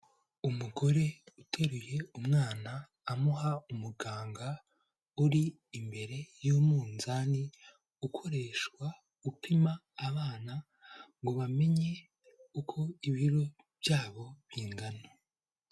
Umugore uteruye umwana, amuha umuganga, uri imbere y'umuzani, ukoreshwa upima abana ngo bamenye uko ibiro byabo bingana.